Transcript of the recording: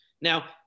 Now